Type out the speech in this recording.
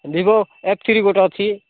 Vivo F three ଗୋଟିଏ ଅଛି